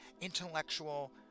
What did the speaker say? intellectual